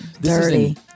Dirty